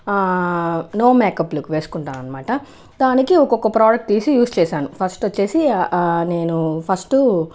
ఆ no makeup look వేసుకుంటాను అనమాట దానికి ఒక్కొక్క ప్రోడక్ట్ తీసి యూజ్ చేశాను ఫస్ట్ వచ్చేసి ఆ నేను ఫస్టు